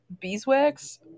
beeswax